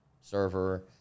server